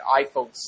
iPhone